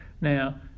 Now